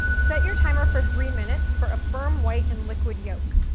set your timer for three minutes for a firm white and liquid yolk,